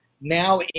now